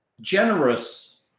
generous